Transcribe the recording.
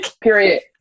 period